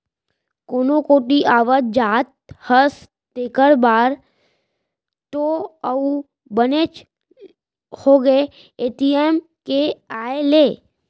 कोनो कोती आवत जात हस तेकर बर तो अउ बनेच होगे ए.टी.एम के आए ले